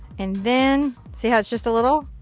and then, see how it's just a little.